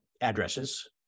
addresses